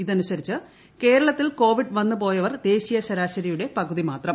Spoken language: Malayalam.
ഇതനുസരിച്ച് കേരളത്തിൽ കോവിഡ് വന്ന് പോയവർ ദേശീയ ശരാശരിയുടെ പകുതി മാത്രം